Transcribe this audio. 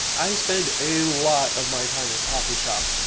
i spend a lot of my time in coffee shops,